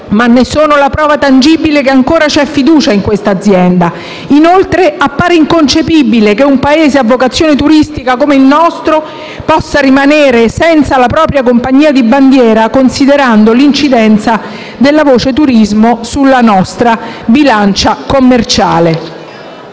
ma sono la prova tangibile che ancora c'è fiducia in questa azienda. Appare inoltre inconcepibile che un Paese a vocazione turistica come il nostro possa rimanere senza la propria compagnia di bandiera, considerando l'incidenza della voce turismo sulla nostra bilancia commerciale.